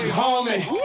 homie